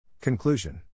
Conclusion